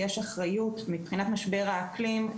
יש אחריות מבחינת משבר האקלים,